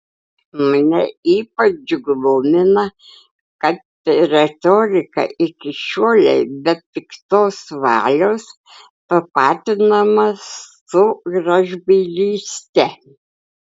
mane ypač glumina kad retorika iki šiolei be piktos valios tapatinama su gražbylyste